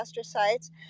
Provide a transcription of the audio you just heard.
astrocytes